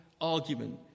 argument